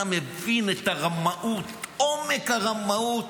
אתה מבין את הרמאות, עומק הרמאות?